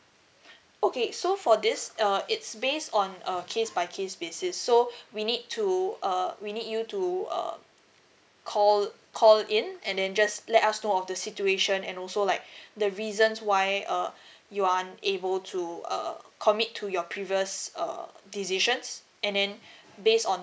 okay so for this uh it's based on a case by case basis so we need to uh we need you to uh call call in and then just let us know of the situation and also like the reasons why uh you are unable to uh commit to your previous err decisions and then based on